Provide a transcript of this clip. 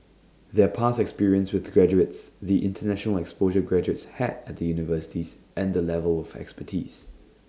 their past experience with the graduates the International exposure graduates had at the universities and the level of expertise